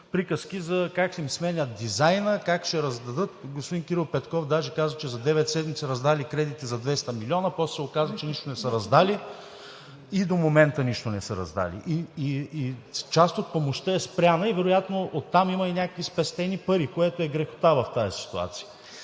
как им сменят дизайна, как ще раздадат… Господин Кирил Петков каза, че за девет седмици са раздали кредити за 200 милиона, а после се оказа, че нищо не са раздали. До момента нищо не са раздали. Част от помощта е спряна и вероятно оттам има някакви спестени пари, което е грехота в тази ситуация.